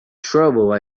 trouble